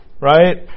Right